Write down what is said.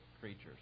creatures